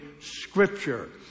scripture